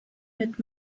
mit